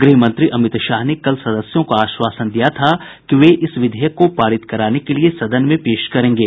गृह मंत्री अमित शाह ने कल सदस्यों को आश्वासन दिया था कि वे इस विधेयक को पारित कराने के लिए सदन में पेश करेंगे